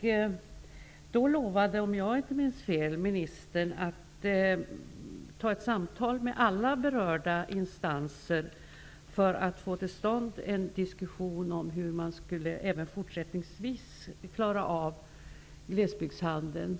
Ministern lovade, om jag inte minns fel, att ha ett samtal med alla berörda instanser för att få till stånd en diskussion om hur man även fortsättningsvis skulle klara av glesbygdshandeln.